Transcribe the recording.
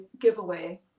giveaway